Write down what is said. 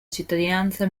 cittadinanza